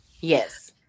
yes